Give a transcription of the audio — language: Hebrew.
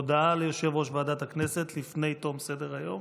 הודעה ליושב-ראש ועדת הכנסת לפני תום סדר-היום.